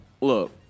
Look